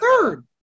third